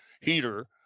heater